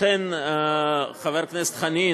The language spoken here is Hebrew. לכן, חבר הכנסת חנין